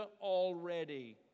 already